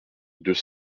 deux